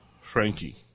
Frankie